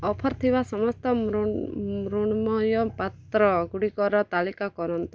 offer ଥିବା ସମସ୍ତ ମୃଣ୍ମୟ ପାତ୍ର ଗୁଡ଼ିକର ତାଲିକା କରନ୍ତୁ